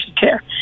care